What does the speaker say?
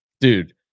Dude